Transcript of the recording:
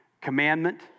commandment